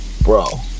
bro